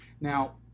Now